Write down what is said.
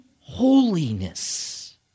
holiness